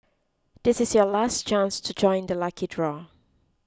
this is your last chance to join the lucky draw